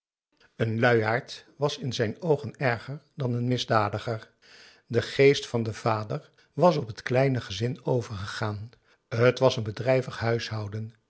een luiaard was in zijn oogen erger dan een misdadiger de geest van den vader was op t kleine gezin overgegaan t was een bedrijvig huishouden